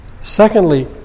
Secondly